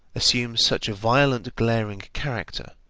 assumes such a violent, glaring character,